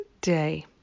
day